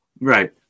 Right